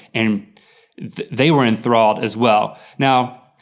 and they were enthralled as well. now,